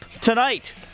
tonight